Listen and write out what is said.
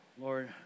Lord